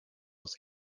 aus